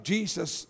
Jesus